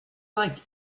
like